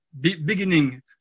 beginning